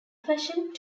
fashioned